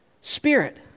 spirit